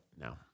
No